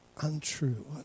untrue